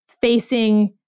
facing